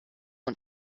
und